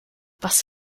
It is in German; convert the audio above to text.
was